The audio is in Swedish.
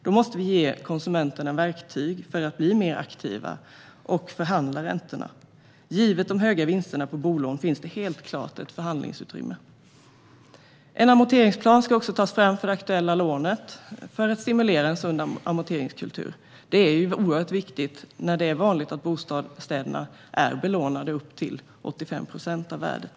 Då måste vi ge konsumenterna verktyg att kunna bli mer aktiva och förhandla räntorna. Givet de höga vinsterna på bolån finns det helt klart ett förhandlingsutrymme. En amorteringsplan ska också tas fram för det aktuella lånet för att stimulera en sund amorteringskultur. Detta är oerhört viktigt eftersom det är vanligt att bostäderna är belånade upp till 85 procent av värdet.